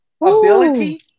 ability